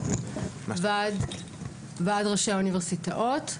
ועד ראשי האוניברסיטאות.